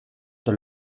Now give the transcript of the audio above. tot